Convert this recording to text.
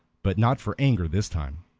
but not for anger this time.